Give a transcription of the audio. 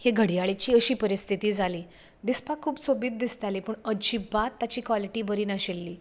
घडयाळीची अशीं परिस्थिती जाली दिसपाक खूब सोबीत दिसताली पूण अजिबात ताची क्वॉलिटी बरी नाशिल्ली